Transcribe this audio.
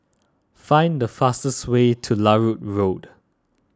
find the fastest way to Larut Road